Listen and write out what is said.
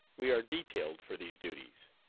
we are detailed for these duties.